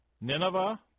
Nineveh